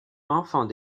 enfant